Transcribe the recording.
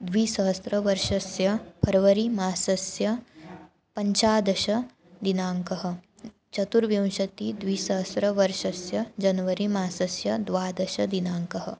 द्विसहस्रवर्षस्य फ़र्वरीमासस्य पञ्चदशदिनाङ्कः चतुर्विंशतिद्विसहस्रवर्षस्य जन्वरी मासस्य द्वादशदिनाङ्कः